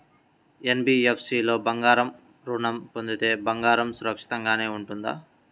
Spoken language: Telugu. ఎన్.బీ.ఎఫ్.సి లో బంగారు ఋణం పొందితే బంగారం సురక్షితంగానే ఉంటుందా?